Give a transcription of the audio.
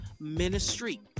ministry